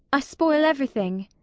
i spoil every thing.